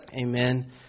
Amen